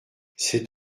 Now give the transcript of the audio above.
cet